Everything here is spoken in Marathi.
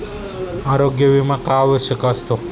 आरोग्य विमा का आवश्यक असतो?